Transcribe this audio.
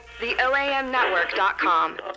TheOAMNetwork.com